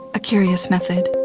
a curious method.